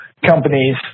Companies